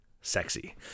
sexy